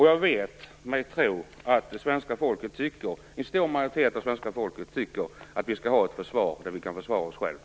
Jag tror att en stor majoritet av svenska folket tycker att vi skall ett sådant försvar att vi kan försvara oss själva.